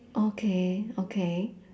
okay okay